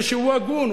ושהוא הגון.